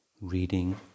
Reading